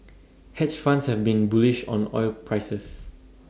hedge funds have been bullish on oil prices